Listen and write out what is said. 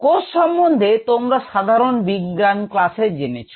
কোষ সম্বন্ধে তোমরা সাধারণ বিজ্ঞান ক্লাসে জেনেছ